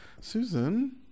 Susan